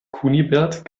kunibert